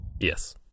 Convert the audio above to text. Yes